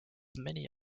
many